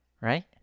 right